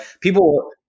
people